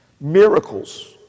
Miracles